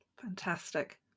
fantastic